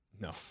No